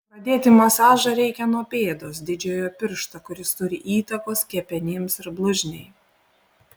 pradėti masažą reikia nuo pėdos didžiojo piršto kuris turi įtakos kepenims ir blužniai